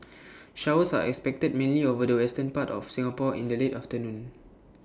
showers are expected mainly over the western part of Singapore in the late afternoon